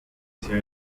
hacía